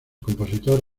compositor